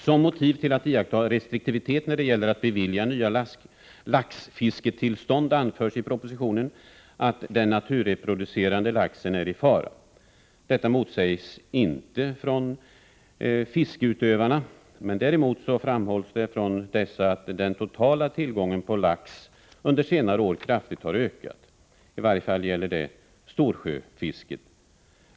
Som motiv för att iaktta restriktivitet när det gäller att bevilja nya laxfisketillstånd anförs i propositionen att den naturreproducerande laxen är i fara. Detta motsägs inte från fiskeutövarna, men däremot framhålls från dessa att den totala tillgången på lax under senare år — i varje fall när det gäller storsjöfisket — kraftigt har ökat.